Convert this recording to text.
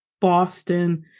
Boston